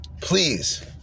Please